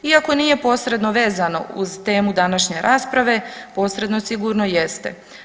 Iako nije posredno vezano uz temu današnje rasprave posredno sigurno jeste.